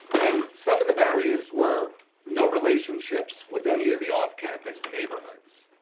and some of the barriers were no relationships with any of the off-campus neighborhoods.